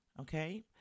Okay